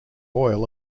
oil